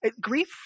grief